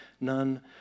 none